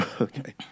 Okay